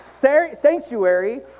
sanctuary